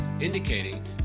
indicating